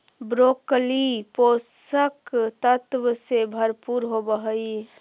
broccoli पोषक तत्व से भरपूर होवऽ हइ